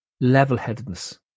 level-headedness